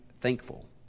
thankful